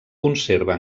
conserva